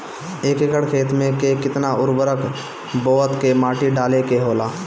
एक एकड़ खेत में के केतना उर्वरक बोअत के माटी डाले के होला?